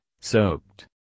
soaked